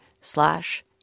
slash